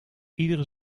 iedere